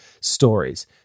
stories